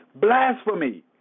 blasphemy